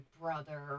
brother